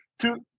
two